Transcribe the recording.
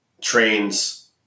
trains